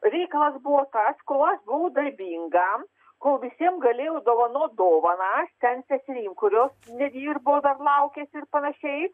reikalas buvo tas kol aš buvau darbinga kol visiem galėjau dovanot dovaną ten seserim kurios nedirbo bet laukėsi ir panašiai